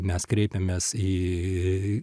mes kreipėmės į